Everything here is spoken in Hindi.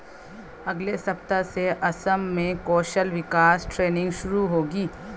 अगले सप्ताह से असम में कौशल विकास ट्रेनिंग शुरू होगी